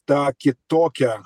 tą kitokią